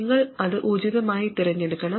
നിങ്ങൾ അത് ഉചിതമായി തിരഞ്ഞെടുക്കണം